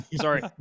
Sorry